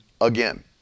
again